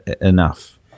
enough